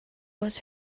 was